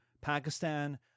Pakistan